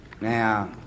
Now